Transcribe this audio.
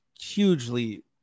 hugely